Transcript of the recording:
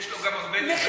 יש לו גם הרבה מחירים,